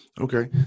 Okay